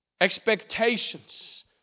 Expectations